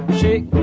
shake